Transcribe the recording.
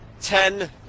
Ten